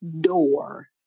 door